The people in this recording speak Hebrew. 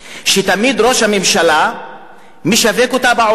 שתמיד ראש הממשלה משווק אותה בעולם.